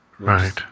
Right